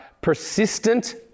persistent